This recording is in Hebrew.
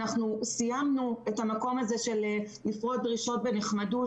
סיימנו את המקום הזה של לפרוע דרישות בנחמדות,